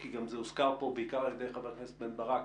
כי זה גם הוזכר פה בעיקר על-ידי חבר הכנסת בן ברק,